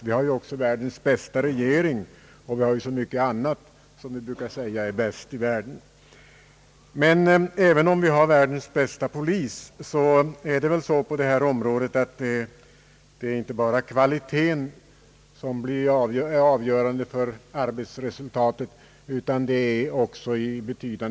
Vi har också världens bästa regering och så mycket annat som vi brukar anse vara bäst i världen. Även om vi har världens bästa polis är det väl dock så på detta område, att inte bara kvaliteten är avgörande för arbetsresultatet utan i betydande grad också kvantiteten.